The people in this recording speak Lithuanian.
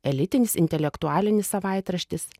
elitinis intelektualinis savaitraštis